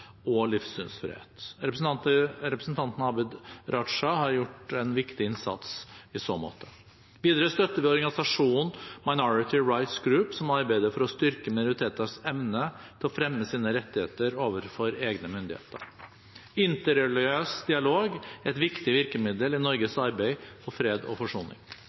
og livssynsfrihet. Representanten Abid Q. Raja har gjort en viktig innsats i så måte. Videre støtter vi organisasjonen Minority Rights Group, som arbeider for å styrke minoriteters evne til å fremme sine rettigheter overfor egne myndigheter. Interreligiøs dialog er et viktig virkemiddel i Norges arbeid for fred og forsoning.